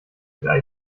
ideal